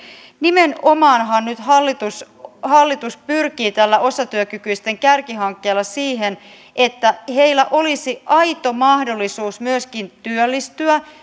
nimenomaanhan nyt hallitus hallitus pyrkii tällä osatyökykyisten kärkihankkeella siihen että heillä olisi aito mahdollisuus myöskin työllistyä